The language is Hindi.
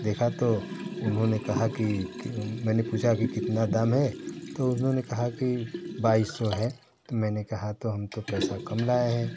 देखा तो उन्होंने कहा कि कि मैंने पूछा कि कितना दाम है तो उन्होंने कहा कि बाइस सौ है तो मैंने कहा तो हम तो पैसा कम लाए हैं